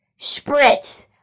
Spritz